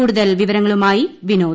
കൂടുതൽ വിവരങ്ങളുമായി വിനോദ്